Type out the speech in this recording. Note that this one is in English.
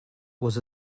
was